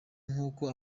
nkuko